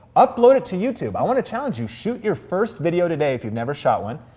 upload it to youtube. i wanna challenge you, shoot your first video today if you've never shot one,